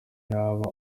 yaba